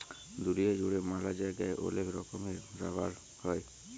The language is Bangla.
দুলিয়া জুড়ে ম্যালা জায়গায় ওলেক রকমের রাবার হ্যয়